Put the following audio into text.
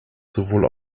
sowohl